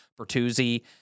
Bertuzzi